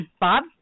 Bob